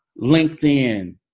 LinkedIn